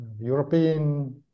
european